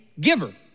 giver